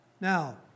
Now